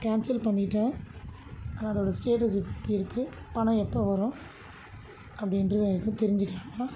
cancel பண்ணிவிட்டேன் அதோடய status எப்படி இருக்குது பணம் எப்போ வரும் அப்படின்று எதுக்கும் தெரிஞ்சுக்கலாம்